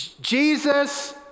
Jesus